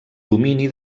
domini